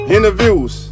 Interviews